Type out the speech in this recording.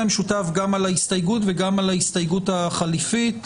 במשותף גם על ההסתייגות וגם על ההסתייגות החליפית.